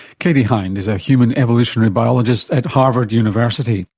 katie hinde is a human evolutionary biologist at harvard university